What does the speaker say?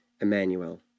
Emmanuel